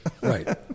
Right